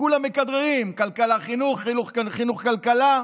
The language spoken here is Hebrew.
כולם מכדררים, כלכלה-חינוך, חינוך-כלכלה.